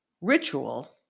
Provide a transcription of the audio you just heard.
ritual